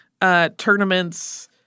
tournaments